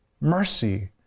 mercy